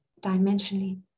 dimensionally